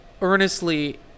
earnestly